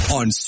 on